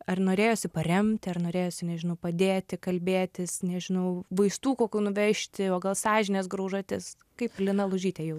ar norėjosi paremti ar norėjosi nežinau padėti kalbėtis nežinau vaistų kokių nuvežti o gal sąžinės graužatis kaip lina lužytė jau